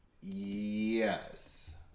Yes